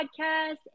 podcast